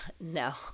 no